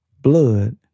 Blood